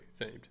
themed